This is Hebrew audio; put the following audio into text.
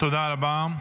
תודה רבה.